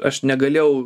aš negalėjau